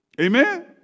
Amen